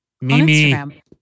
Mimi